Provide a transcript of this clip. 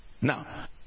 Now